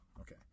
Okay